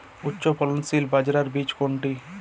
উচ্চফলনশীল বাজরার বীজ কোনটি?